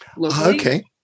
Okay